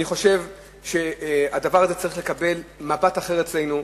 אני חושב שהדבר הזה צריך לקבל מבט אחר אצלנו,